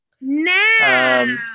now